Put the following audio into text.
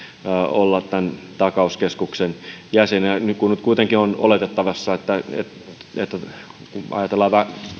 olla tämän takauskeskuksen jäseninä nyt kun kuitenkin on oletettavissa kun ajatellaan